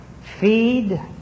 Feed